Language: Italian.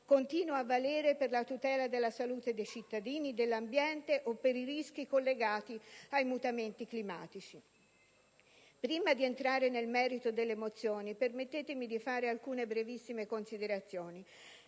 continua a valere per la tutela della salute dei cittadini, dell'ambiente o per i rischi collegati ai mutamenti climatici. Prima di entrare nel merito delle mozioni, permettetemi da fare alcune brevissime considerazioni.